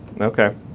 Okay